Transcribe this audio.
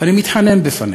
אני מתחנן בפניך,